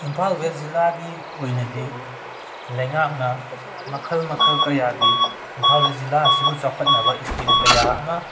Imphal west ꯖꯤꯂꯥꯒꯤ ꯑꯣꯏꯅꯗꯤ ꯂꯩꯉꯥꯛꯅ ꯃꯈꯜ ꯃꯈꯜ ꯀꯌꯥꯒꯤ ꯏꯝꯐꯥꯜ ꯋꯦꯁ ꯖꯤꯂꯥ ꯑꯁꯤꯕꯨ ꯆꯥꯎꯈꯠꯅꯕ ꯁ꯭ꯀꯤꯝ ꯀꯌꯥ ꯑꯃ